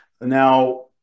Now